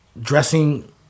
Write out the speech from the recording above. dressing